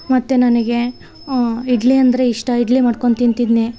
ಮತ್ತು ನನಗೆ ಇಡ್ಲಿ ಅಂದರೆ ಇಷ್ಟ ಇಡ್ಲಿ ಮಾಡ್ಕೊಂಡು ತಿಂತಿದ್ದೆ